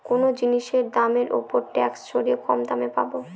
কোনো জিনিসের দামের ওপর ট্যাক্স সরিয়ে কম দামে পাবো